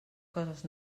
coses